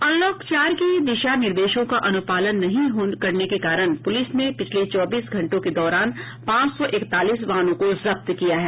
unlock चार के दिशा निर्देशों का अनुपालन नहीं करने के कारण पुलिस ने पिछले चौबीस घंटे के दौरान पांच सौ एकतालीस वाहनों को जब्त किया है